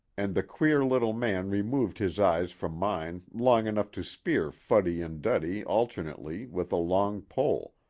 and the queer little man removed his eyes from mine long enough to spear fuddy and duddy alternately with a long pole,